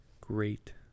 great